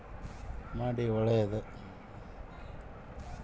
ಕೋಳಿ ಮೊಟ್ಟೆಗಳ ವ್ಯಾಪಾರ ಮಾಡ್ಬೇಕು ಅಂತ ಇದಿನಿ ನನಗೆ ವಿವರ ಕೊಡ್ರಿ?